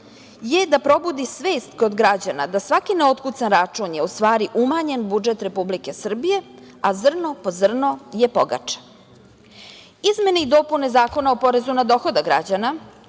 je da probudi svest kod građana da svaki ne otkucan račun je u stvari umanjen budžet Republike Srbije, a zrno po zrno je pogača. Izmene i dopune Zakona o porezu na dohodak građana